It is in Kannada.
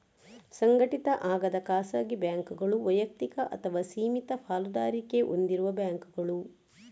ಸಂಘಟಿತ ಆಗದ ಖಾಸಗಿ ಬ್ಯಾಂಕುಗಳು ವೈಯಕ್ತಿಕ ಅಥವಾ ಸೀಮಿತ ಪಾಲುದಾರಿಕೆ ಹೊಂದಿರುವ ಬ್ಯಾಂಕುಗಳು